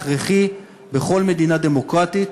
הכרחי בכל מדינה דמוקרטית,